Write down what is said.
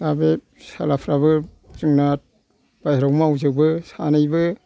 दा बे फिसालाफ्राबो जोंना बाहेराव मावजोबो सानैबो